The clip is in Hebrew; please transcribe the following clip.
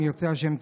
אם ירצה השם,